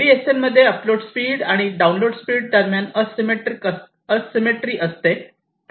ADSL मध्ये upload speed आणि download speed दरम्यान एसिमिट्रिक असते